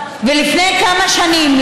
ולפני כמה שנים,